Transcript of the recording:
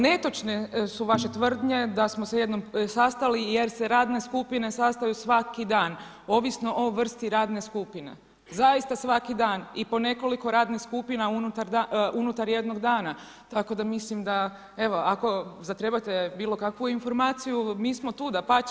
Netočne su vaše tvrdnje da smo se jednom sastali jer se radne skupine sastaju svaki dan, ovisno o vrsti radne skupine, zaista svaki dan i po nekoliko radnih skupina unutar jednog dana, tako da mislim da evo ako zatrebate bilo kakvu informaciju, mi smo tu, dapače.